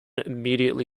immediately